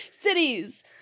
Cities